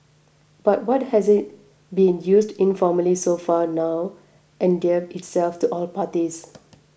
but what has been used informally so far has now endeared itself to all parties